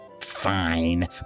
Fine